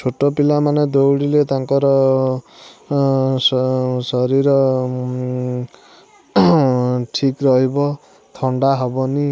ଛୋଟ ପିଲାମାନେ ଦୌଡ଼ିଲେ ତାଙ୍କର ସ ଶରୀର ଠିକ୍ ରହିବ ଥଣ୍ଡା ହବନି